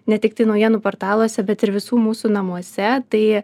ne tiktai naujienų portaluose bet ir visų mūsų namuose tai